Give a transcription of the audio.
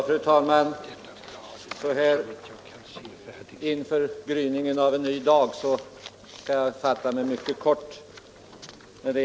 Fru talman! Så här inför gryningen av en ny dag skall jag fatta mig mycket kort.